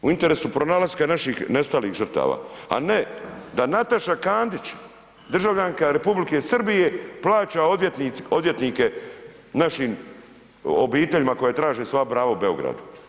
U interesu pronalaska naših nestalih žrtava, a ne da Nataša Kandić, državljanka Republike Srbije, plaća odvjetnike našim obiteljima koji traže svoje pravo u Beogradu.